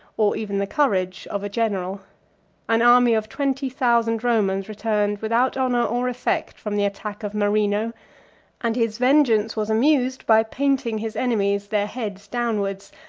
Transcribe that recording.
or even the courage, of a general an army of twenty thousand romans returned without honor or effect from the attack of marino and his vengeance was amused by painting his enemies, their heads downwards,